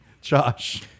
Josh